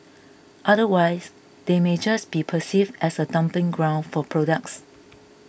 otherwise they may just be perceived as a dumping ground for products